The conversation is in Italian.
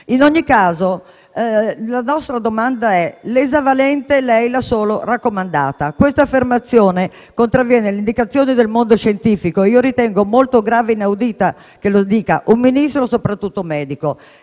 In ogni caso la domanda riguarda il vaccino esavalente, che lei ha solo raccomandato. Questa affermazione contravviene all'indicazione del mondo scientifico e io ritengo molto grave e inaudito che lo dica un Ministro e soprattutto un medico.